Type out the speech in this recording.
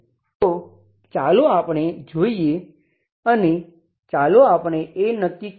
તો ચાલો આપણે જોઈએ અને ચાલો આપણે એ નક્કી કરીએ